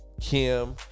Kim